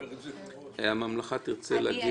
אולי מי מנציגי הממלכה ירצה לדבר?